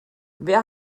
wer